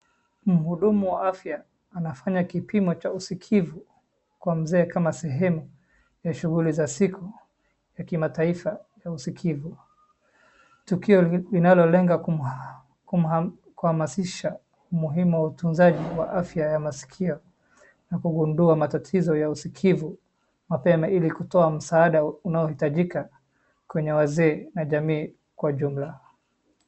Mhudumu wa afya anafanya kipimo cha usikivu kwa mzee kama sehemu ya shughuli za siku ya kimataifa ya usikivu, tukio linalolenga kuhamasisha umuhimu wa utunzaji wa afya ya masikio na kugundua matatizo ya usikivu mapema ili kutoa msaada unaohitajika kwenye wazee na jamii kwa jumla.